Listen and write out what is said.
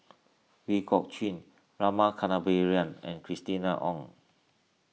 Ooi Kok Chuen Rama Kannabiran and Christina Ong